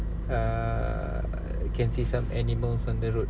err can see some animals on the road